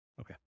Okay